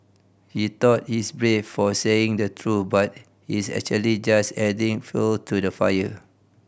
he thought he's brave for saying the truth but he's actually just adding fuel to the fire